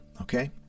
okay